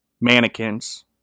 mannequins